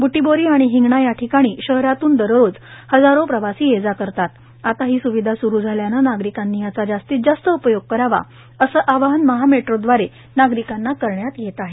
ब्टीबोरी आणि हिंगणा या ठिकाणी शहरातून दररोज हजारो प्रवासी ये जा करतात आता ही स्विधा स्रु झाल्याने नागरिकांनी याचा जास्तीत जास्त उपयोग करावा असे आवाहन महा मेट्रो द्वारे नागरिकांना करण्यात येत आहे